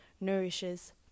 nourishes